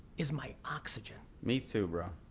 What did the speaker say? is my oxygen. me too, bro,